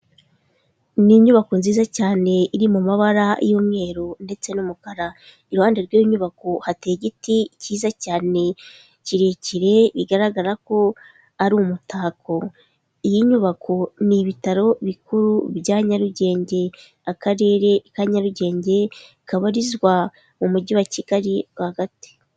Ni inyubako nziza cyane iri mu mabara y'umweru ndetse n'umukara, iruhande rw'iyo nyubako hateye igiti cyiza cyane kirekire, bigaragara ko ari umutako. Iyi nyubako ni ibitaro bikuru bya Nyarugenge, Akarere ka Nyarugenge kabarizwa mu Mujyi wa Kigali rwagati.